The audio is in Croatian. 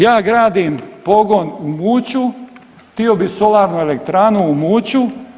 Ja gradim pogon u Muću, htio bih solarnu elektranu u Muću.